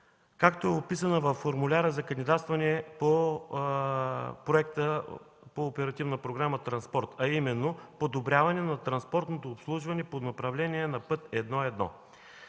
както е описано във формуляра за кандидатстване по проекта по Оперативна програма „Транспорт”, а именно подобряване на транспортното обслужване по направление на път 1.1.